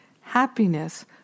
happiness